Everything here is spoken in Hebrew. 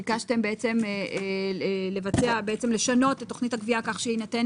ביקשתם לשנות את תוכנית הגבייה כך שיינתן